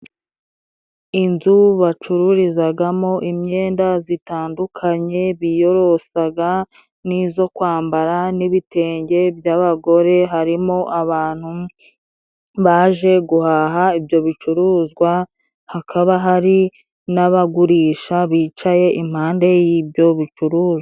Inzu bacururizagamo imyenda zitandukanye biyorosaga n'izo kwambara, n'ibitenge by'abagore, harimo abantu baje guhaha ibyo bicuruzwa, hakaba hari n'abagurisha bicaye impande y'ibyo bicuruzwa.